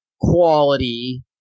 quality